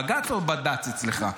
בג"ץ או בד"ץ אצלך?